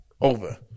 Over